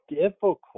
difficult